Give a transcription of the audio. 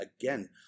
again